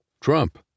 Trump